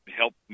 help